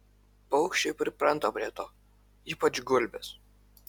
paukščiai pripranta prie to ypač gulbės